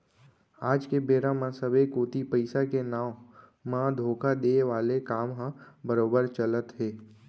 आज के बेरा म सबे कोती पइसा के नांव म धोखा देय वाले काम ह बरोबर चलत हे